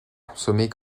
consommées